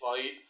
fight